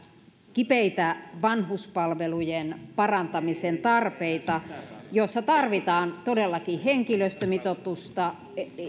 kipeitä vanhuspalvelujen parantamisen tarpeita joissa tarvitaan todellakin henkilöstömitoitusta